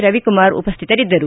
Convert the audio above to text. ರವಿಕುಮಾರ್ ಉಪಸ್ಥಿತರಿದ್ದರು